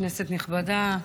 כנסת נכבדה,